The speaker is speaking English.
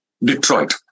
detroit